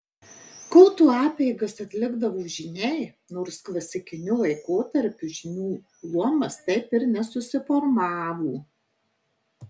kulto apeigas atlikdavo žyniai nors klasikiniu laikotarpiu žynių luomas taip ir nesusiformavo